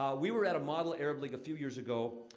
we were at a model arab league a few years ago,